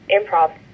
improv